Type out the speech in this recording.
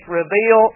reveal